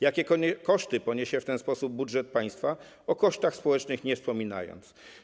Jakie koszty poniesie w ten sposób budżet państwa, o kosztach społecznych nie wspominając?